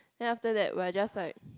then after that we are just like